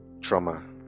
trauma